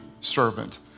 servant